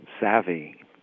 savvy